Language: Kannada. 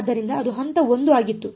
ಆದ್ದರಿಂದ ಅದು ಹಂತ 1 ಆಗಿತ್ತು